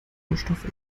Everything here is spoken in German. rohstoffe